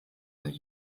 der